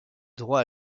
droit